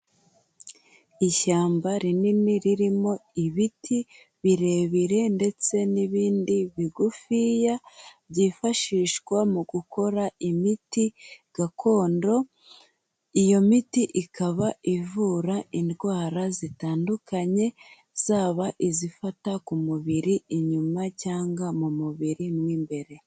Ishyamba rinini ririmo ibiti birebire ndetse n'ibindi bigufiya, byifashishwa mu gukora imiti gakondo, iyo miti ikaba ivura indwara zitandukanye, zaba izifata ku mubiri inyuma cyangwa mu mubiri mo imbere.